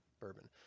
Bourbon